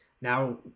Now